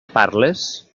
parles